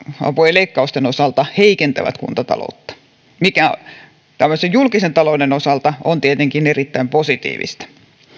leikkausten osalta heikentävät kuntataloutta se on julkisen talouden osalta tietenkin erittäin positiivista